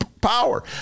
power